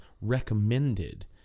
recommended